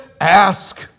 Ask